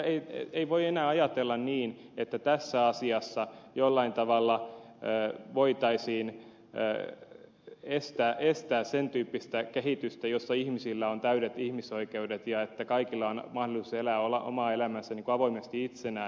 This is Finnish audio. ei voi enää ajatella niin että tässä asiassa jollain tavalla voitaisiin estää sen tyyppistä kehitystä jossa ihmisillä on täydet ihmisoikeudet ja kaikilla on mahdollisuus elää omaa elämäänsä avoimesti itsenään